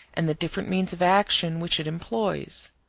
and the different means of action which it employs.